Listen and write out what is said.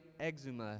Exuma